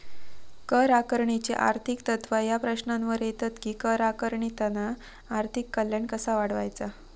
कर आकारणीची आर्थिक तत्त्वा ह्या प्रश्नावर येतत कि कर आकारणीतना आर्थिक कल्याण कसा वाढवायचा?